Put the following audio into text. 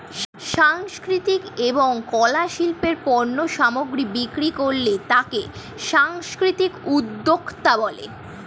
সাংস্কৃতিক এবং কলা শিল্পের পণ্য সামগ্রী বিক্রি করলে তাকে সাংস্কৃতিক উদ্যোক্তা বলে